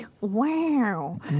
Wow